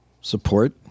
support